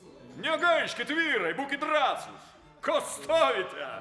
negaiškit vyrai būkit drąsūs ko stovite